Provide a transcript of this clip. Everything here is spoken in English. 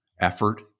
effort